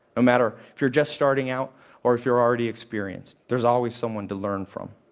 ah matter if you're just starting out or if you're already experienced. there's always someone to learn from.